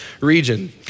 region